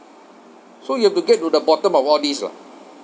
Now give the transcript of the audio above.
so you have to get to the bottom of all these lah